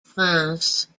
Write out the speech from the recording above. france